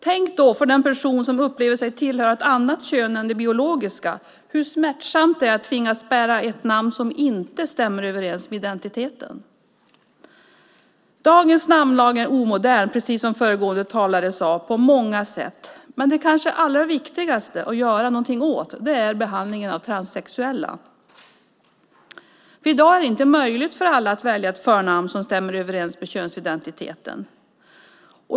Tänk då på den person som upplever sig tillhöra ett annat kön än det biologiska, hur smärtsamt det är att tvingas bära ett namn som inte stämmer överens med identiteten. Dagens namnlag är omodern på många sätt, precis som föregående talare sade, men det kanske viktigaste att göra någonting åt är behandlingen av transsexuella. I dag är det inte möjligt för alla att välja ett förnamn som stämmer överens med könsidentiteten.